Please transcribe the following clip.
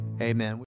Amen